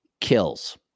kills